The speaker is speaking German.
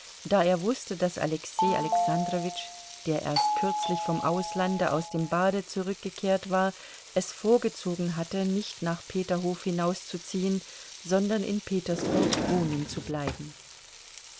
da er wußte daß alexei alexandrowitsch der erst kürzlich vom auslande aus dem bade zurückgekehrt war es vorgezogen hatte nicht nach peterhof hinauszuziehen sondern in petersburg wohnen zu bleiben